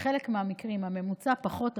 בחלק מהמקרים הממוצע הוא פחות,